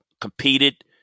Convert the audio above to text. competed